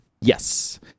Yes